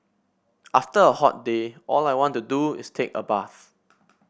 after a hot day all I want to do is take a bath